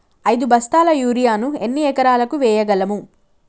ఐదు బస్తాల యూరియా ను ఎన్ని ఎకరాలకు వేయగలము?